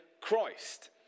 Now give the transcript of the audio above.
Christ